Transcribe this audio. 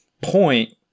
point